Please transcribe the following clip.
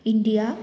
India